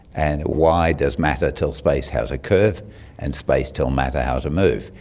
and why does matter tell space how to curve and space tell matter how to move.